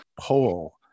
poll